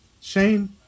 Shane